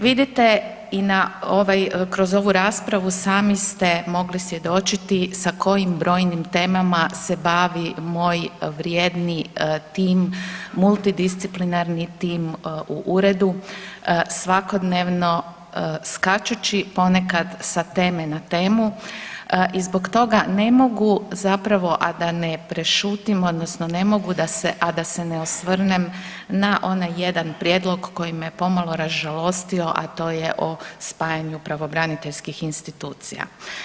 Vidite i kroz ovu raspravu sami ste mogli svjedočiti sa kojim brojnim temama se bavi moj vrijedni tim, multidisciplinarni tim u uredu svakodnevno, skačući ponekad sa teme na temu i zbog toga ne mogu zapravo, a da ne prešutim odnosno ne mogu da se ne osvrnem na onaj jedan prijedlog koji me je pomalo ražalostio, a to je o spajanju pravobraniteljskih institucija.